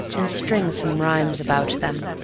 and string some rhymes about them.